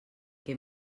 que